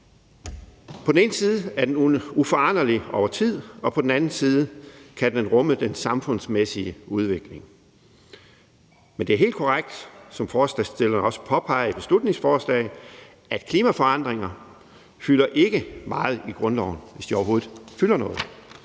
På den ene side er den uforanderlig over tid. På den anden side kan den rumme den samfundsmæssige udvikling. Men det er helt korrekt, som forslagsstillerne også påpeger i beslutningsforslaget, at klimaforandringer ikke fylder meget i grundloven, hvis de overhovedet fylder noget.